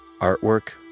Artwork